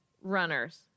runners